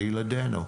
לילדינו.